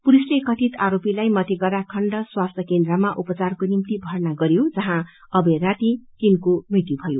पुलिसले कथित आरोपीलाई मतिगड़ा खण्ड स्वास्थ्य केन्द्रमा उपचारको निम्ति भर्ना गर्न्यो जहाँ अवेर राति तिनको मृत्यु भयो